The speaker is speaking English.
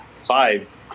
five